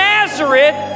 Nazareth